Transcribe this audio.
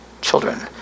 children